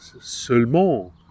seulement